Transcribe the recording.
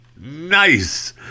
Nice